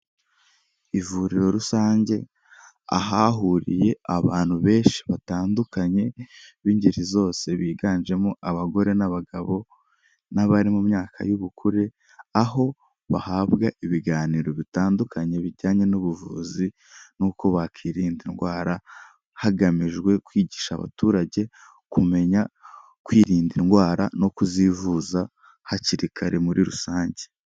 Ivuriro rusange ahahuriye abantu benshi batandukanye b'ingeri zose, biganjemo abagore n'abagabo n'abari mu myaka y'ubukure aho bahabwa ibiganiro bitandukanye bijyanye n'ubuvuzi n'uko bakirinda indwara, hagamijwe kwigisha abaturage kumenya kwirinda indwara no kuzivuza hakiri kare muri rusange.